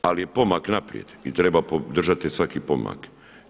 Ali je pomak naprijed i treba podržati svaki pomak.